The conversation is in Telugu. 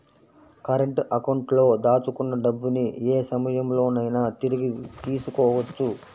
కరెంట్ అకౌంట్లో దాచుకున్న డబ్బుని యే సమయంలోనైనా తిరిగి తీసుకోవచ్చు